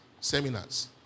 Seminars